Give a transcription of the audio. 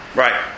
Right